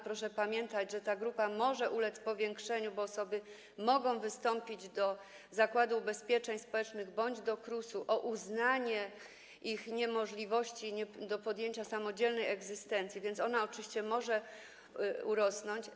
Proszę pamiętać, że ta grupa może się powiększyć, bo osoby mogą wystąpić do Zakładu Ubezpieczeń Społecznych bądź do KRUS-u o uznanie ich niemożności podjęcia samodzielnej egzystencji, więc ta liczba oczywiście może urosnąć.